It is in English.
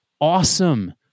awesome